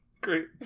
Great